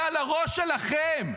זה על הראש שלכם.